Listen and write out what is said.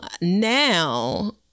now